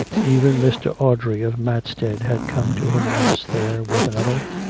even mr. audrey, of matstead, had come to him once there, with another,